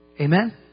Amen